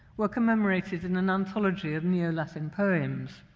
were commemorated in an anthology of neo-latin poems.